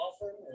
often